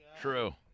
true